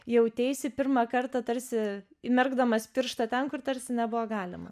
jauteisi pirmą kartą tarsi įmerkdamas pirštą ten kur tarsi nebuvo galima